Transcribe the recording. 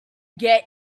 get